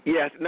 Yes